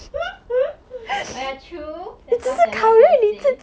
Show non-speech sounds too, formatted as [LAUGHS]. [LAUGHS] oh ya true that sounds like what she will say